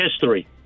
history